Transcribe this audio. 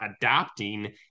adapting